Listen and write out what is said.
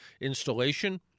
installation